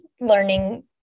learning